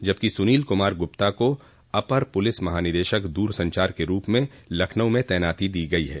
जबकि सुनील कुमार गुप्ता को अपर पुलिस महानिदेशक दूरसंचार के रूप में लखनऊ में तैनाती दी गयी है